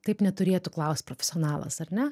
taip neturėtų klaust profesionalas ar ne